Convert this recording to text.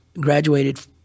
graduated